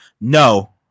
No